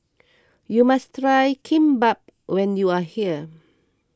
you must try Kimbap when you are here